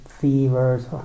fevers